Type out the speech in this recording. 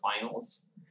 finals